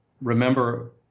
remember